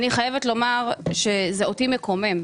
אני חייבת לומר שאותי זה מקומם,